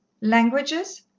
languages?